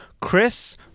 Chris